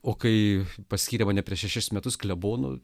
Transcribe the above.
o kai paskyrė mane prieš šešis metus klebonu